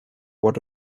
what